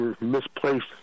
misplaced